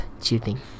cheating